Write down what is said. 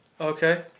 Okay